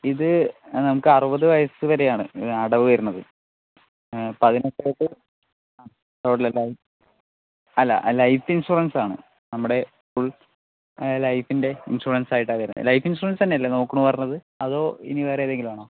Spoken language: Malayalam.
ഇത് നമുക്ക് അറുപത് വയസ് വരെയാണ് അടവ് വരുന്നത് അപ്പോൾ ലൈഫ് അല്ല ഇൻഷുറൻസ് ആണ് നമ്മുടെ ഫുൾ ലൈഫിൻ്റെ ഇൻഷുറൻസ് ആയിട്ടാണ് ലൈഫ് ഇൻഷുറൻസ് തന്നെ അല്ലേ നോക്കുന്നത് പറഞ്ഞത് അതോ ഇനി വേറെ ഏതെങ്കിലുമാണോ